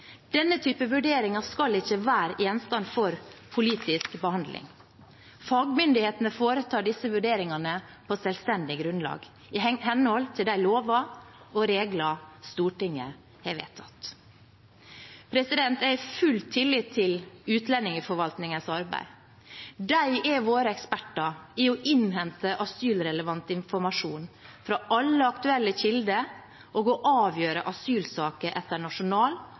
Denne type vurderinger skal ikke være gjenstand for politisk behandling. Fagmyndighetene foretar disse vurderingene på selvstendig grunnlag i henhold til de lover og regler Stortinget har vedtatt. Jeg har full tillit til utlendingsforvaltningens arbeid. De er våre eksperter på å innhente asylrelevant informasjon fra alle aktuelle kilder og å avgjøre asylsaker etter nasjonal